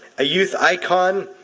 a youth icon,